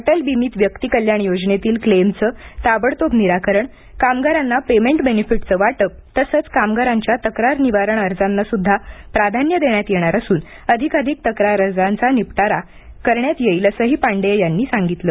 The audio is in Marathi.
अटल बिमित व्यक्ती कल्याण योजनेतील क्लेमचे ताबडतोब निराकरणकामगारांना पेमेंट बेनिफिटचे वाटप तसंच कामगारांच्या तक्रार निवारण अर्जांना सुद्धा प्राधान्य देण्यात येणार असूनअधिकाधिक तक्रार अर्जांचा निपटारा करण्यात येईलअसेही पाण्डेय यांनी सांगितले